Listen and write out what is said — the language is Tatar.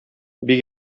бик